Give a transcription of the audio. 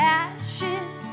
ashes